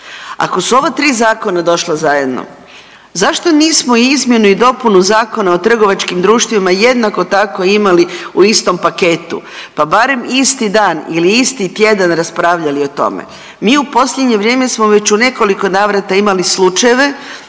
ako su ova tri zakona došla zajedno, zašto nismo izmjenu i dopunu Zakona o trgovačkim društvima jednako tako imali u istom paketu, pa barem isti dan ili isti tjedan raspravljali o tome. Mi u posljednje vrijeme smo već u nekoliko navrata imali slučajeve